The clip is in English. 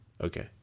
Okay